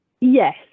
yes